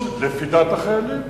לפי דעת החיילים,